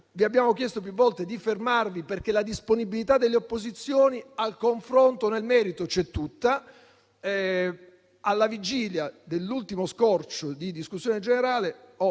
in discussione generale - di fermarvi, perché la disponibilità delle opposizioni al confronto nel merito c'è tutta. Alla vigilia dell'ultimo scorcio di discussione generale,